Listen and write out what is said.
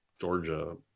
Georgia